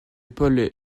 paul